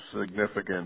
significant